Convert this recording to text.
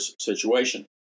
situation